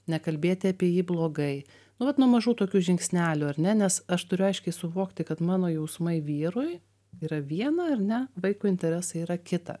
nekalbėti apie jį blogai nu vat nuo mažų tokių žingsnelių ar ne nes aš turiu aiškiai suvokti kad mano jausmai vyrui yra viena ar ne vaiko interesai yra kita